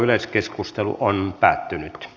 yleiskeskustelu päättyi